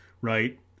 right